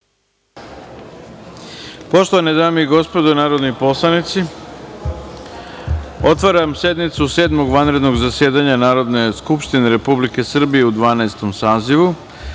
Poštovane dame i gospodo narodni poslanici, otvaram sednicu Sedmog vanrednog zasedanja Narodne skupštine Republike Srbije u Dvanaestom